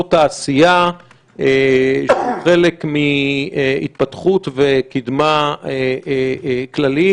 תעשייה שהוא חלק מהתפתחות וקדמה כלליים,